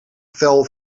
vel